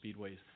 speedways